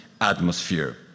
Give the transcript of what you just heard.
atmosphere